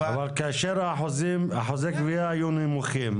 אבל כאשר אחוזי הגבייה נמוכים,